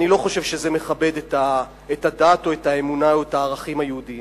אני לא חושב שזה מכבד את הדת או את האמונה או את הערכים היהודיים.